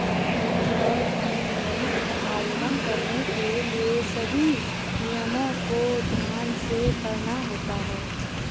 mutual fund में आवेदन करने के लिए सभी नियमों को ध्यान से पढ़ना होता है